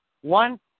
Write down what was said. one